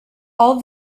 all